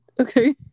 Okay